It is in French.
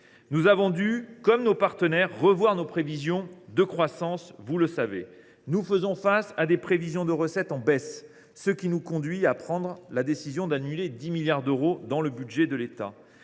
Nous avons dû, comme d’autres pays partenaires, vous le savez, revoir nos prévisions de croissance pour 2024. Nous faisons face à des prévisions de recettes en baisse, ce qui nous a conduits à prendre la décision d’annuler 10 milliards d’euros dans le budget de l’État.